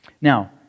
Now